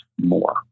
more